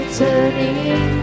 turning